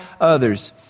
others